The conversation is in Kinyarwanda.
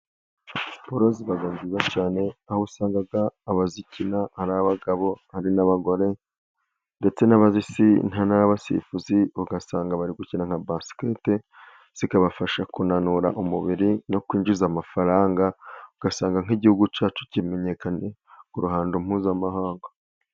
Siporo ziba nziza cyane, aho usanga abazikina ari abagabo n'abagore ndetse n'abasifuzi. ugasanga bari gukina nka basiketiboro, zikabafasha kunanura umubiri no kwinjiza amafaranga, ugasanga nk'igihugu cyacu kimenyekanye ku ruhando mpuzamahanga.